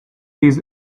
his